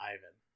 Ivan